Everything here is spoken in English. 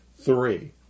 Three